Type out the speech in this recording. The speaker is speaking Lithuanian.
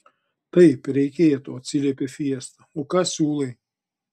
taip reikėtų atsiliepė fiesta o ką siūlai